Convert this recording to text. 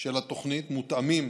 של התוכנית מותאמים